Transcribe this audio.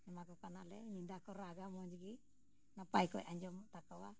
ᱮᱢᱟᱠᱚ ᱠᱟᱱᱟᱞᱮ ᱧᱤᱫᱟᱹ ᱠᱚ ᱨᱟᱜᱟ ᱢᱚᱡᱽ ᱜᱮ ᱱᱟᱯᱟᱭ ᱚᱠᱚᱡ ᱟᱸᱡᱚᱢᱚᱜ ᱛᱟᱠᱚᱣᱟ